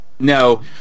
No